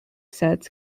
sets